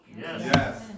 Yes